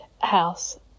house